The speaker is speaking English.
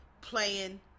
playing